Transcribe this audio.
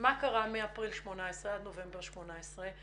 מה קרה מאז אפריל 2018 עד נובמבר 2018,